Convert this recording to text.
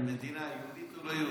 המדינה יהודית או לא יהודית?